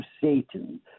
Satan